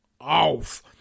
off